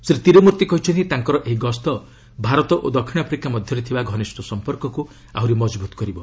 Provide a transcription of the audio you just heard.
ଶ୍ରୀ ତୀରମ୍ଭର୍ତ୍ତି କହିଛନ୍ତି ତାଙ୍କର ଏହି ଗସ୍ତ ଭାରତ ଓ ଦକ୍ଷିଣ ଆଫ୍ରିକା ମଧ୍ୟରେ ଥିବା ଘନିଷ୍ଠ ସମ୍ପର୍କକ୍ତ ଆହୁରି ମଜବୃତ କରିବ